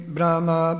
Brahma